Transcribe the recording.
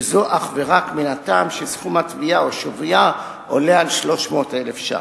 וזה אך ורק מן הטעם שסכום התביעה או שוויה עולה על 300,000 ש"ח.